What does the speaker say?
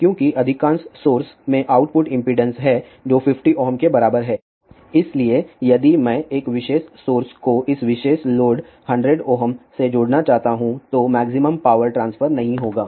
क्योंकि अधिकांश सोर्स में आउटपुट इम्पीडेंस है जो 50 Ω के बराबर है इसलिए यदि मैं एक विशेष सोर्स को इस विशेष लोड 100 Ω से जोड़ना चाहता हूं तो मैक्सिमम पावर ट्रांसफर नहीं होगा